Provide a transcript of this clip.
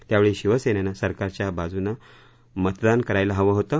त्यावेळी शिवसेनेनं सरकारच्या बाजूनं मतदान करायला हवं होतं